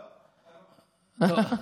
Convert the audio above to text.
לא.